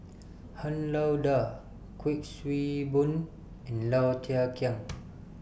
Han Lao DA Kuik Swee Boon and Low Thia Khiang